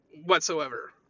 whatsoever